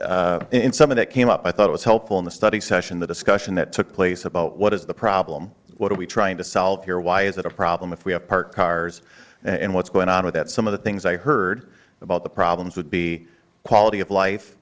in something that came up i thought was helpful in the study session the discussion that took place about what is the problem what are we trying to solve here why is that a problem if we have parked cars and what's going on with that some of the things i heard about the problems would be quality of life